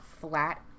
flat